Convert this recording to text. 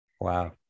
wow